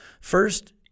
First